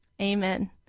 amen